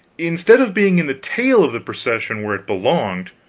instead of being in the tail of the procession where it belonged,